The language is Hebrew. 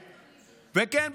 וכן,